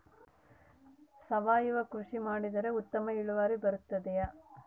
ಸಾವಯುವ ಕೃಷಿ ಮಾಡಿದರೆ ಉತ್ತಮ ಇಳುವರಿ ಬರುತ್ತದೆಯೇ?